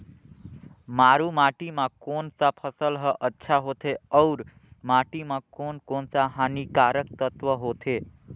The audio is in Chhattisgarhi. मारू माटी मां कोन सा फसल ह अच्छा होथे अउर माटी म कोन कोन स हानिकारक तत्व होथे?